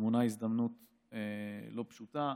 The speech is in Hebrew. טמונה הזדמנות לא פשוטה.